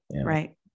Right